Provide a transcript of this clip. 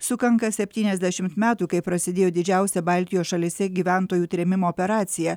sukanka septyniasdešimt metų kai prasidėjo didžiausia baltijos šalyse gyventojų trėmimo operacija